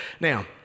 Now